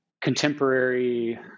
contemporary